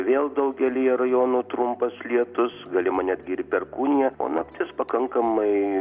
vėl daugelyje rajonų trumpas lietus galima netgi ir perkūnija o naktis pakankamai